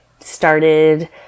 started